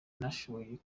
nashoboye